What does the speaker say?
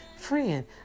friend